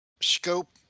scope